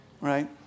Right